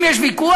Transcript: אם יש ויכוח,